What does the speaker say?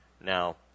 Now